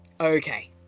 okay